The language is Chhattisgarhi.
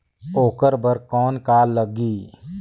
ओकर बर कौन का लगी?